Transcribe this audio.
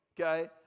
Okay